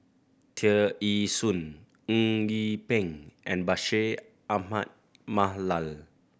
Tear Ee Soon Eng Yee Peng and Bashir Ahmad Mallal